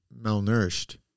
malnourished